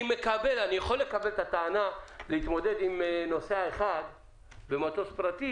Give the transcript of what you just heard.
אני יכול לקבל את הטענה להתמודד עם נוסע אחד במטוס פרטי